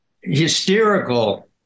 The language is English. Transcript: hysterical